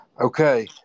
Okay